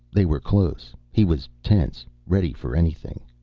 they were close he was tense, ready for anything.